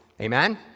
Amen